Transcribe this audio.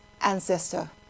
ancestor